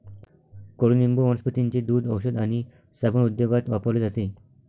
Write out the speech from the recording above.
कडुनिंब वनस्पतींचे दूध, औषध आणि साबण उद्योगात वापरले जाते